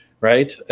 right